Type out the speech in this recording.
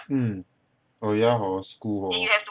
mm oh yeah hor school hor